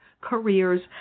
careers